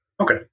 Okay